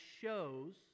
shows